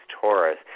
Taurus